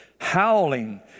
howling